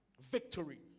Victory